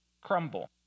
crumble